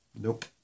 Nope